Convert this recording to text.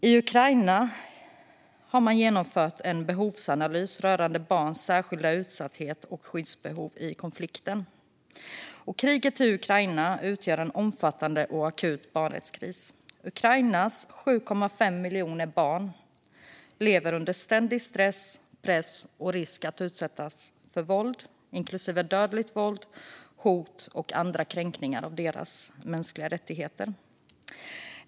I Ukraina har man genomfört en behovsanalys rörande barns särskilda utsatthet och skyddsbehov i konflikten. Kriget i Ukraina utgör en omfattande och akut barnrättskris. Ukrainas 7,5 miljoner barn lever under ständig stress, press och risk att utsättas för våld, inklusive dödligt våld, hot och andra kränkningar av sina mänskliga rättigheter.